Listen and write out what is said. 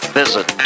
visit